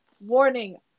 warning